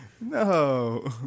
No